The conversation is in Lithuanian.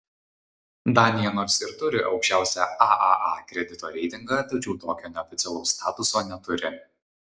danija nors ir turi aukščiausią aaa kredito reitingą tačiau tokio neoficialaus statuso neturi